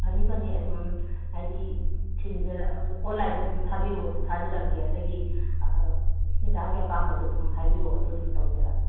ꯐꯅꯤ ꯐꯅꯤ ꯑꯗꯨꯝ ꯍꯥꯏꯗꯤ ꯑꯣꯟꯂꯥꯏꯟꯗ ꯑꯗꯨꯝ ꯊꯥꯕꯤꯔꯛꯑꯣꯁꯨ ꯊꯥꯖꯔꯛꯀꯦ ꯑꯗꯒꯤ ꯃꯦꯗꯥꯝꯒꯤ ꯑꯄꯥꯝꯕꯗꯣ ꯑꯗꯨꯝ ꯍꯥꯏꯕꯤꯔꯛꯑꯣ ꯑꯗꯣ ꯑꯗꯨꯝ ꯇꯧꯖꯔꯛꯑꯒꯦ